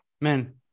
Man